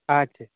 ᱟᱪᱪᱷᱟ